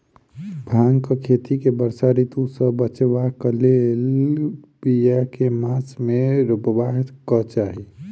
भांगक खेती केँ वर्षा ऋतु सऽ बचेबाक कऽ लेल, बिया केँ मास मे रोपबाक चाहि?